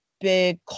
big